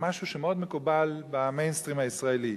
משהו שמאוד מקובל ב"מיינסטרים" הישראלי,